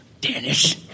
danish